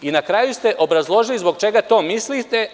Na kraju ste obrazložili zbog četa to mislite.